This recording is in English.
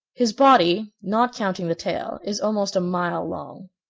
his body, not counting the tail, is almost a mile long.